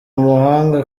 umuhanga